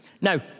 Now